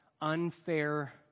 unfair